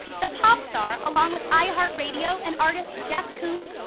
the pop star, along with iheart radio and artist jeff koons,